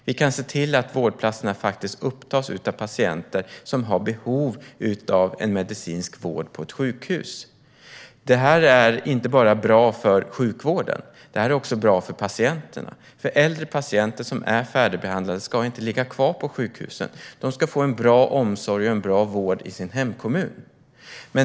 Vi kan se till att vårdplatserna faktiskt upptas av patienter som har behov av medicinsk vård på ett sjukhus. Detta är bra inte bara för sjukvården utan för patienterna. Äldre färdigbehandlade patienter ska inte ligga kvar på sjukhusen. De ska få bra omsorg och vård i sin hemkommun.